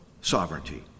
sovereignty